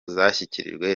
zashyikirijwe